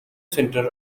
centre